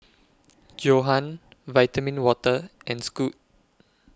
Johan Vitamin Water and Scoot